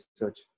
research